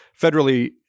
federally